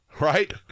Right